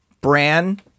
Bran